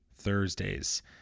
Thursdays